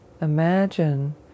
imagine